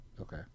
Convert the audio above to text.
Okay